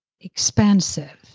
expansive